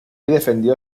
defendió